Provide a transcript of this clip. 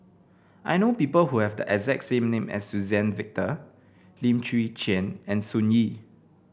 I know people who have the exact name as Suzann Victor Lim Chwee Chian and Sun Yee